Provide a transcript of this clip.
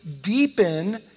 deepen